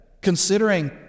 considering